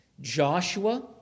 Joshua